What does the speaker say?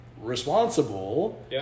responsible